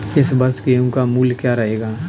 इस वर्ष गेहूँ का मूल्य क्या रहेगा?